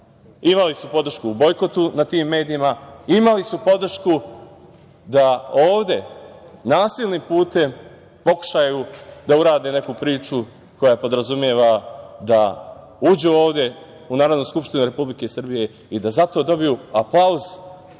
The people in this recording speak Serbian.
vlast. Imali su podršku u bojkotu na tim medijima, imali su podršku da ovde nasilnim putem pokušaju da urade neku priču koja podrazumeva da uđu ovde u Narodnu skupštinu Republike Srbije i da za to dobiju aplauz